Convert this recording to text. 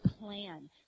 plan